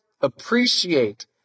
appreciate